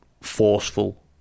forceful